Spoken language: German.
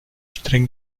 streng